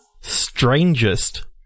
Strangest